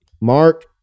Mark